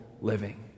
living